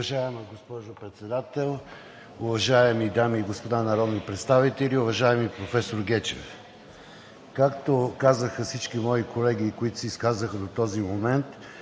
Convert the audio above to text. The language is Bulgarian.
Уважаема госпожо Председател, уважаеми дами и господа народни представители! Уважаеми професор Гечев, както казаха всички мои колеги, които се изказаха до този момент,